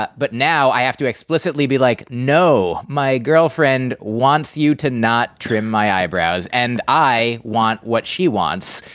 but but now i have to explicitly be like, no, my girlfriend wants you to not trim my eyebrows. and i want what she wants.